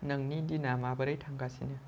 नोंनि दिना माबोरै थांगासिनो